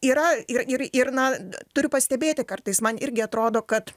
yra ir ir ir na turiu pastebėti kartais man irgi atrodo kad